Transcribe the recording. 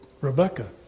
Rebecca